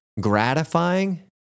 gratifying